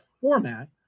format